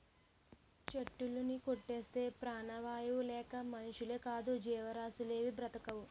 చెట్టులుని కొట్టేస్తే ప్రాణవాయువు లేక మనుషులేకాదు జీవరాసులేవీ బ్రతకవు